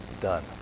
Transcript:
done